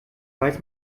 weiß